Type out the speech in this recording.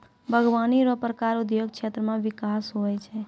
बागवानी रो प्रकार उद्योग क्षेत्र मे बिकास हुवै छै